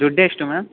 ದುಡ್ಡು ಎಷ್ಟು ಮೇಡಮ್